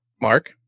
Mark